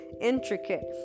intricate